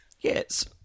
Yes